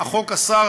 והחוק אסר